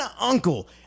uncle